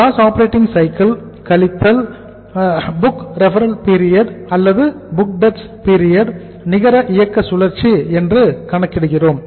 GOC கழித்தல் PDP நிகர இயக்க சுழற்சி என்று கணக்கிடுகிறோம்